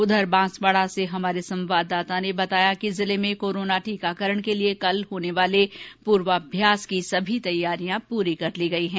उधर बांसवाड़ा से हमारे संवाददाता ने बताया कि जिले में कोरोना टीकाकरण के कल होने वाले पूर्वाभ्यास के लिये तैयारियां पूरी कर ली गई है